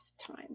time